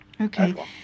Okay